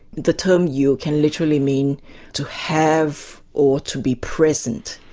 the term you can literally mean to have or to be present.